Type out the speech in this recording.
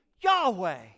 Yahweh